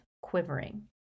quivering